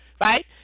right